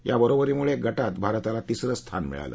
या बरोबरीमुळे गटात भारताला तिसरं स्थान मिळालं